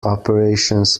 operations